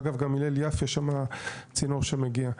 אגב גם הלל יפה שמה הצינור שמגיע,